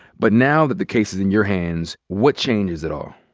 but now that the case in your hands, what changes it all?